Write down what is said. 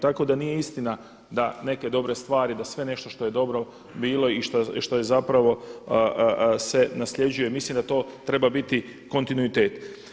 Tako da nije istina da neke dobre stvari da sve nešto što je dobro bilo i što se nasljeđuje, mislim da to treba biti kontinuitet.